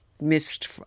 missed